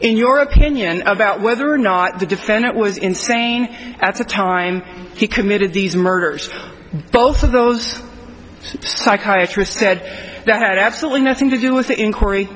in your opinion about whether or not the defendant was insane at the time he committed these murders both of those psychiatry said that had absolutely nothing to do with the in